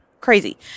crazy